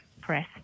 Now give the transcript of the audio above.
press